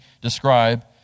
describe